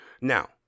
Now